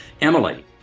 Emily